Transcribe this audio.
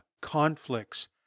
conflicts